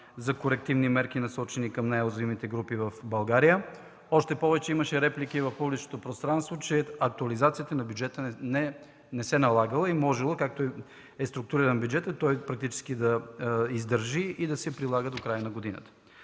за корективни мерки, насочени към най-уязвимите групи в България. Още повече, имаше реплики в публичното пространство, че актуализация на бюджета не се налагала и можело, както е структуриран бюджетът, той практически да издържи и да се прилага до края на годината.